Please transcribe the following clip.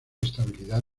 estabilidad